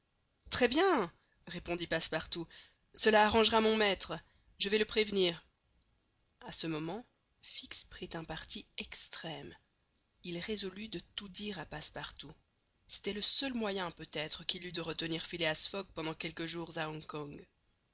très bien répondit passepartout cela arrangera mon maître je vais le prévenir a ce moment fix prit un parti extrême il résolut de tout dire à passepartout c'était le seul moyen peut-être qu'il eût de retenir phileas fogg pendant quelques jours à hong kong